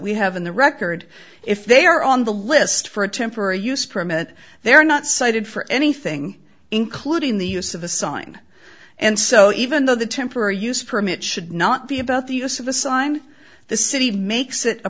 we have in the record if they are on the list for a temporary use permit they're not cited for anything including the use of a sign and so even though the temporary use permit should not be about the use of the sign the city makes it a